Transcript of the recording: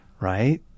right